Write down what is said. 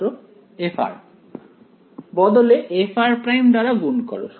ছাত্র f বদলে fr দ্বারা গুণ করো